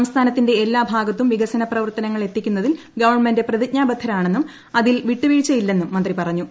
സംസ്ഥാനത്തിന്റെ എല്ലാ ഭാഗത്തും വികസന പ്രവർത്തനങ്ങൾ എത്തിക്കുന്നതിൽ ഗവൺമെന്റ് പ്രതിജ്ഞാബദ്ധരാണെന്നും അതിൽ വിട്ടു വീഴ്ചയില്ലെന്നും മന്ത്രിപറഞ്ഞു